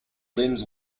linz